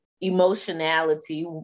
emotionality